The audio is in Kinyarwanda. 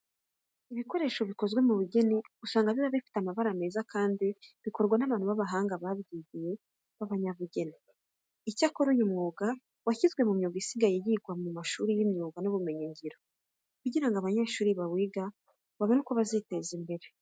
Ibikoresho bikozwe mu bugeni, usanga biba bifite amabara meza kandi bikorwa n'abantu b'abahanga babyigiye b'abanyabugeni. Icyakora uyu mwuga washyizwe mu myuga isigaye yigwa mu mashuri y'imyuga n'ubumenyingiro kugira ngo abanyeshuri bawiga babone uko baziteza imbere.